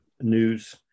news